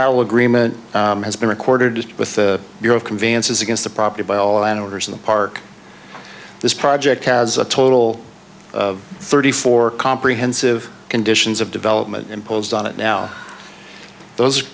al agreement has been recorded with the euro conveyances against the property by all and orders in the park this project has a total of thirty four comprehensive conditions of development imposed on it now those